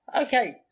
Okay